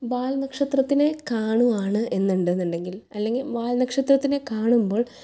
വാൽനക്ഷത്രത്തിനെ കാണുവാണ് എന്നുണ്ടന്നുണ്ടങ്കിൽ അല്ലെങ്കിൽ വാൽനക്ഷത്രത്തിനെ കാണുമ്പോൾ